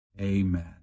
Amen